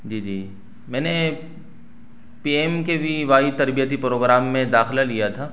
جی جی میں نے P M K V Y تربیتی پروگرام میں داخلہ لیا تھا